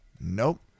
nope